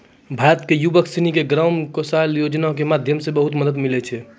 भारत के युवक सनी के ग्रामीण कौशल्या योजना के माध्यम से बहुत मदद मिलै छै